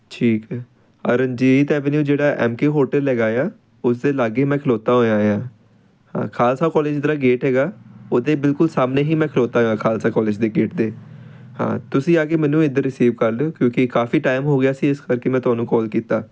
ਠੀਕ ਹੈ ਆ ਰਣਜੀਤ ਐਵੀਨਿਊ ਜਿਹੜਾ ਐੱਮ ਕੇ ਹੋਟਲ ਹੈਗਾ ਆ ਉਸ ਦੇ ਲਾਗੇ ਮੈਂ ਖਲੋਤਾ ਹੋਇਆ ਹਾਂ ਹਾਂ ਖਾਲਸਾ ਕੋਲੇਜ ਦਾ ਜਿਹੜਾ ਗੇਟ ਹੈਗਾ ਉਹਦੇ ਬਿਲਕੁਲ ਸਾਹਮਣੇ ਹੀ ਮੈਂ ਖਲੋਤਾ ਹੈਗਾ ਖਾਲਸਾ ਕੋਲੇਜ ਦੇ ਗੇਟ ਦੇ ਹਾਂ ਤੁਸੀਂ ਆ ਕੇ ਮੈਨੂੰ ਇੱਧਰ ਰਸੀਵ ਕਰ ਲਿਓ ਕਿਉਂਕਿ ਕਾਫੀ ਟਾਈਮ ਹੋ ਗਿਆ ਸੀ ਇਸ ਕਰਕੇ ਮੈਂ ਤੁਹਾਨੂੰ ਕੌਲ ਕੀਤਾ